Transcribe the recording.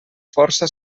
força